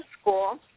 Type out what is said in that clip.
school